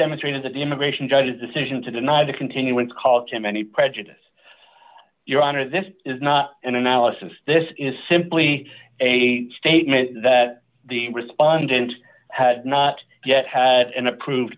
demonstrated that the immigration judge's decision to deny the continuance caused him any prejudice your honor this is not an analysis this is simply a statement that the respondent had not yet had an approved